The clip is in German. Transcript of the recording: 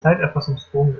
zeiterfassungsbogen